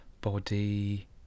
body